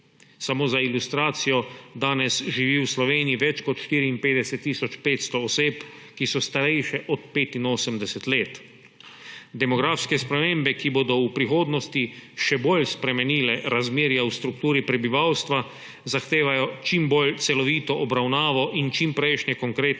Samo za ilustracijo, danes živi v Sloveniji več kot 54 tisoč 500 oseb, ki so starejše od 85 let. Demografske spremembe, ki bodo v prihodnosti še bolj spremenile razmerja v strukturi prebivalstva, zahtevajo čim bolj celovito obravnavo in čimprejšnje konkretno